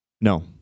No